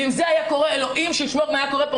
אם זה היה קורה, אלוהים שישמור מה היה קורה כאן.